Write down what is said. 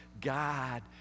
God